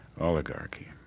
oligarchy